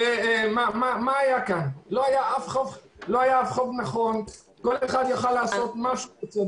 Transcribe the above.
לא היה שום דבר נכון וכל אחד עשה מה שרצה.